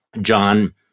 John